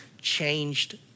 changed